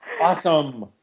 Awesome